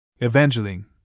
Evangeline